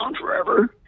Forever